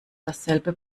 dasselbe